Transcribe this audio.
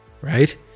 right